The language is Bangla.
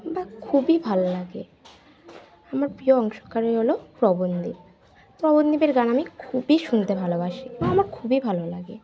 বা খুবই ভালো লাগে আমার প্রিয় অংশকারী হলো পবনদীপ পবনদীপের গান আমি খুবই শুনতে ভালোবাসি আমার খুবই ভালো লাগে